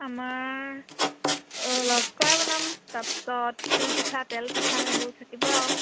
আমাৰ লচকৰাই বনাম তাৰপিছত তিলপিঠা তেল পিঠা এইবোৰ থাকিব আৰু